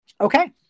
Okay